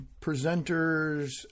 presenters